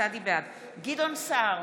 גדעון סער,